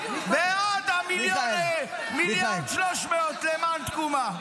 בעד 1.3 מיליארד למען תקומה.